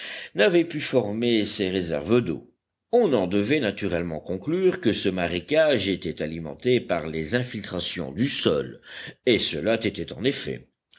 n'avaient pu former ces réserves d'eau on en devait naturellement conclure que ce marécage était alimenté par les infiltrations du sol et cela était en effet